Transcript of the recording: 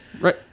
Right